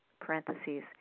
parentheses